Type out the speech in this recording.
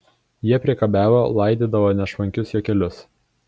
jie priekabiavo laidydavo nešvankius juokelius